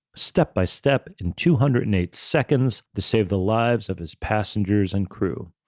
step by step, in two hundred and eight seconds, to save the lives of his passengers and crew.